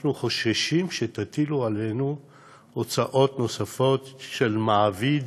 אנחנו חוששים שתטילו עלינו הוצאות נוספות של מעביד,